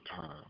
time